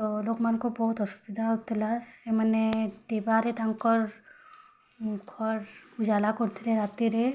ତ ଲୋକମାନଙ୍କୁ ବହୁତ ଅସୁବିଧା ହଉଥିଲା ସେମାନେ ଡିବାରେ ତାଙ୍କର୍ ଘର ଉଜ୍ଜଲା କରୁଥିଲେ ରାତିରେ